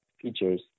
features